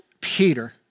Peter